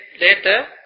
later